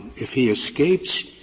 if he escapes,